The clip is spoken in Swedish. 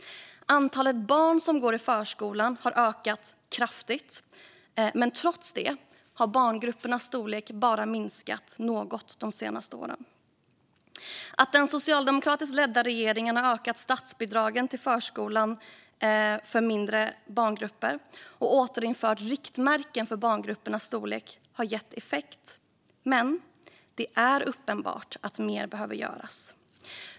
Antalet barn som går i förskolan har ökat kraftigt, men trots det har barngruppernas storlek bara minskat något de senaste åren. Att den socialdemokratiskt ledda regeringen har ökat statsbidragen till förskolan för att barngrupperna ska bli mindre och återinfört riktmärken för barngruppernas storlek har gett effekt. Men det är uppenbart att mer behöver göras.